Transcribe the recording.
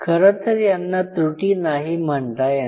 खरतर यांना त्रुटी नाही म्हणता येणार